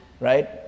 right